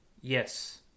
Yes